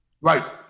Right